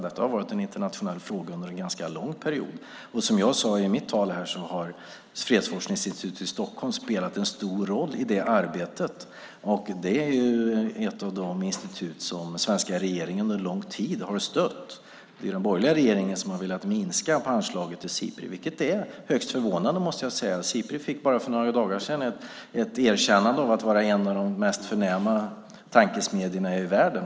Detta har varit en internationell fråga under en ganska lång period, och som jag sade i mitt senaste anförande har fredsforskningsinstitutet i Stockholm spelat en stor roll i det arbetet. Det är ett av de institut som den svenska regeringen under lång tid har stött. Det är den borgerliga regeringen som har velat minska anslagen till Sipri, vilket är högst förvånande. Bara för några dagar sedan fick Sipri ett erkännande som en av de förnämsta tankesmedjorna i världen.